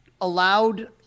allowed